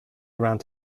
around